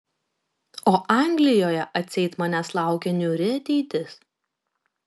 o anglijoje atseit manęs laukia niūri ateitis